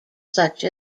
such